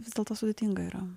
vis dėlto sudėtinga yra